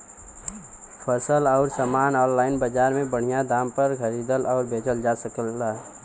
फसल अउर सामान आनलाइन बजार में बढ़िया दाम पर खरीद अउर बेचल जा सकेला